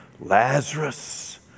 Lazarus